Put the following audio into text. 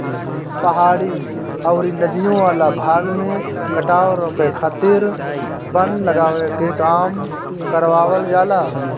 पहाड़ी अउरी नदियों वाला भाग में कटाव रोके खातिर वन लगावे के काम करवावल जाला